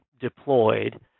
deployed